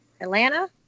Atlanta